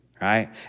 right